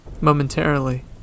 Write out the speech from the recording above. Momentarily